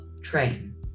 train